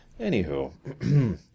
Anywho